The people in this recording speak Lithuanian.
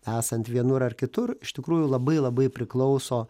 esant vienur ar kitur iš tikrųjų labai labai priklauso